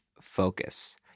focus